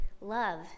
love